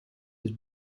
his